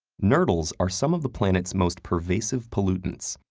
nurdles are some of the planet's most pervasive pollutants,